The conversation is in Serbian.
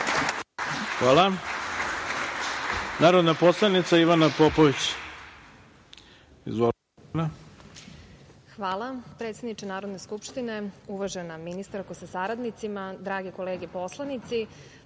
Hvala. Narodna poslanica Ivana Popović. **Ivana Popović** Hvala, predsedniče Narodne skupštine. Uvažena ministarko sa saradnicima, drage kolege poslanici,